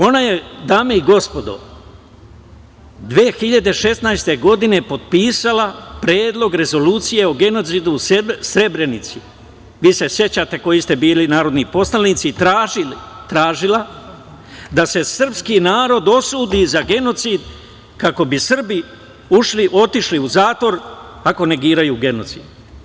Ona je, dame i gospodo, 2016. godine potpisala Predlog rezolucije o genocidu u Srebrenici, vi se sećate koji ste bili narodni poslanici, i tražila da se sprski narod osudi za genocid, kako bi Srbi otišli u zatvor ako negiraju genocid.